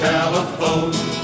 California